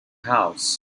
house